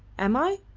am i?